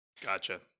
Gotcha